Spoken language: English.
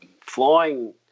flying